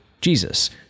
Jesus